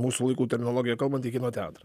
mūsų laikų terminologija kalbant į kino teatrą